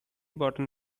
button